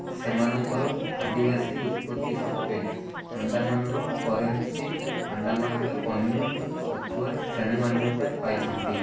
ସେମାନଙ୍କର ଆଦିବାସୀ ଉତ୍ପତ୍ତି ସତ୍ତ୍ୱେ ଆଣ୍ଡାମାନର କରେନ୍ସି ଆଣ୍ଡାମାନରେ ଅନ୍ୟ ପଛୁଆ ଶ୍ରେଣୀ ମାନ୍ୟତା ପାଇଛନ୍ତି